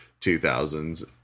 2000s